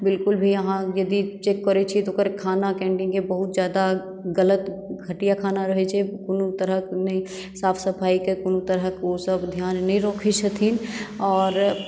बिलकुल भी अहाँ यदि चेक करय छियै तऽ ओकर खाना कैन्टीनके बहुत जादा गलत घटिया खाना रहय छै कोनो तरहक नहि साफ सफाइके कोनो तरहक ओसब ध्यान नहि रखय छथिन आओर